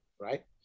right